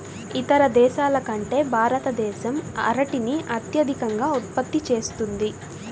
ఇతర దేశాల కంటే భారతదేశం అరటిని అత్యధికంగా ఉత్పత్తి చేస్తుంది